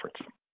efforts